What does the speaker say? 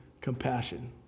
compassion